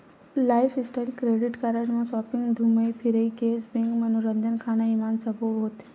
lifestyle credit card म shopping, धूमई फिरई, केस बेंक, मनोरंजन, खाना, इनाम सब्बो होथे